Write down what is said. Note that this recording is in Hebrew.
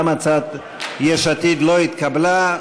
גם הצעת יש עתיד לא התקבלה.